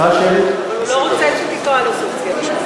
אבל הוא לא רוצה שתקרא לו סוציאליסט.